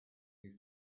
you